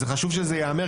חשוב שזה ייאמר,